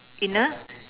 in a